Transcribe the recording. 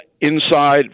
inside